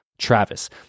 Travis